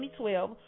2012